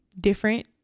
different